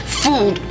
food